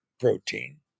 protein